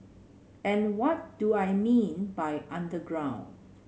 and what do I mean by underground